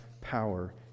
power